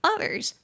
Others